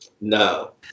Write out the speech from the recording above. No